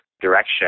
direction